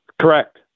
Correct